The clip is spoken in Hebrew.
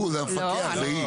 הוא זה המפקח והיא.